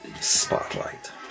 Spotlight